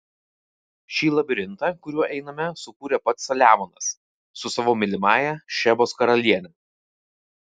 šį labirintą kuriuo einame sukūrė pats saliamonas su savo mylimąja šebos karaliene